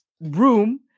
room